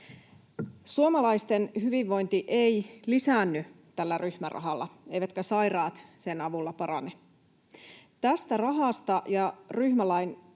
Suomalaisten hyvinvointi ei lisäänny tällä ryhmärahalla, eivätkä sairaat sen avulla parane. Tästä rahasta ja ryhmärahalain